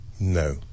No